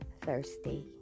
Thursday